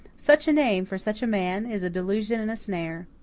such a name for such a man is a delusion and a snare.